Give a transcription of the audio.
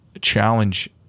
challenge